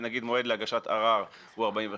למשל, מועד להגשת ערר הוא 45 יום,